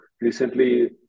recently